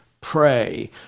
pray